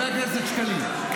חבר הכנסת שקלים,